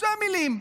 שתי מילים: